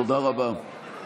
תודה רבה.